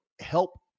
help